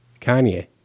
Kanye